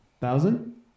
thousand